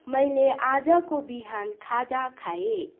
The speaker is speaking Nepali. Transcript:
मैले आजको बिहान खाजा खाएँ